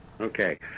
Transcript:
Okay